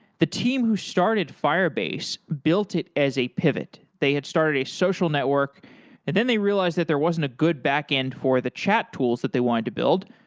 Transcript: the team who started firebase built it as a pivot. they had started a social network and then they realized that there wasn't a good backend for the chat tools that they want to build,